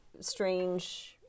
strange